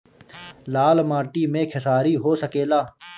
लाल माटी मे खेसारी हो सकेला?